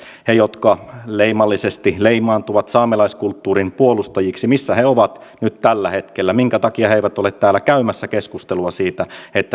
jotka leimallisesti leimaantuvat saamelaiskulttuurin puolustajiksi missä he ovat nyt tällä hetkellä minkä takia he eivät ole täällä käymässä keskustelua siitä